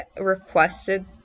requested